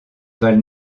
val